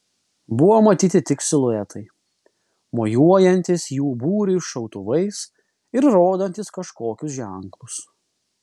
buvo matyti tik siluetai mojuojantys jų būriui šautuvais ir rodantys kažkokius ženklus